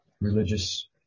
religious